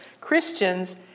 Christians